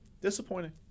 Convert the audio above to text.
Disappointing